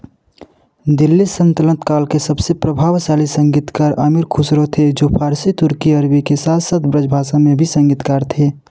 दिल्ली संतनत काल के सबसे प्रभावशाली संगीतकार अमीर खुसरो थे जो फ़ारसी तुर्की अरबी के साथ साथ ब्रजभाषा में भी संगीतकार थे